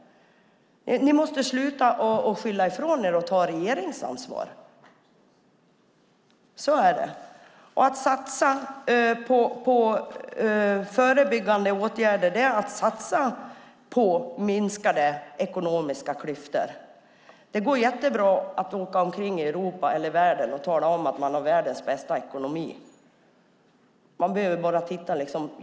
Ni måste sluta att skylla ifrån er och ta regeringsansvar. Så är det. Att satsa på förebyggande åtgärder är att satsa på minskade ekonomiska klyftor. Det går jättebra att åka omkring i Europa eller världen och tala om att man har världens bästa ekonomi. Man behöver bara titta sig omkring.